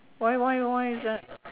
why why why is that